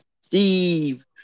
Steve